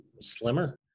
slimmer